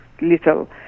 little